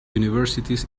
universities